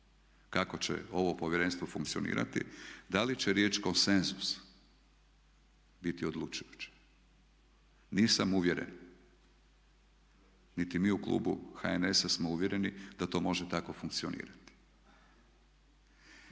kako će ovo Povjerenstvo funkcionirati da li će riječ konsenzus biti odlučujuća? Nisam uvjeren, niti mi u klubu HNS-a smo uvjereni da to može tako funkcionirati.